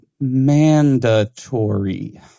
Mandatory